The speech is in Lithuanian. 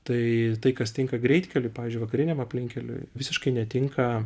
tai kas tinka greitkeliui pavyzdžiui vakariniam aplinkkeliui visiškai netinka